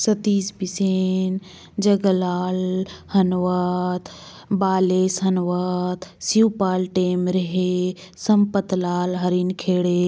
सतीश बिसेन जगलाल हनुबाद बालेस हनुबाद शिवपाल टेमरहे संपत लाल हरिन खेड़े